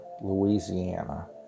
Louisiana